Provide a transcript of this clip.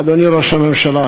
אדוני ראש הממשלה,